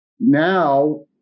Now